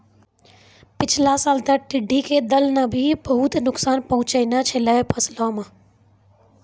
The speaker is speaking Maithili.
पिछला साल तॅ टिड्ढी के दल नॅ भी बहुत नुकसान पहुँचैने छेलै फसल मॅ